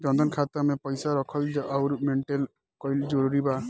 जनधन खाता मे पईसा रखल आउर मेंटेन करल जरूरी बा?